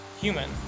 Human